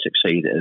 succeed